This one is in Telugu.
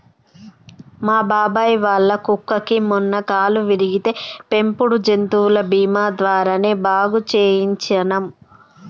మా బాబాయ్ వాళ్ళ కుక్కకి మొన్న కాలు విరిగితే పెంపుడు జంతువుల బీమా ద్వారానే బాగు చేయించనం